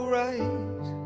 right